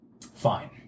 Fine